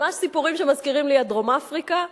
ממש סיפורים שמזכירים לי את דרום-אפריקה,